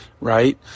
right